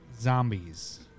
zombies